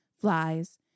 flies